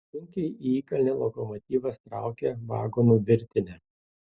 sunkiai į įkalnę lokomotyvas traukia vagonų virtinę